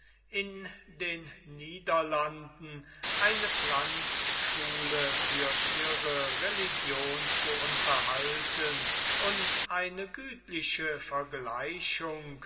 in den niederlanden eine pflanzschule für ihre religion zu unterhalten und eine gütliche vergleichung